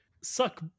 suck